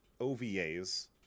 OVAs